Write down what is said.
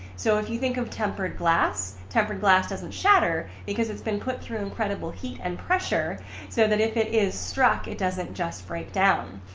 so if you think of tempered glass, tempered glass doesn't shatter because it's been put through incredible heat and pressure so that if it is struck it doesn't just break down.